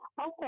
Okay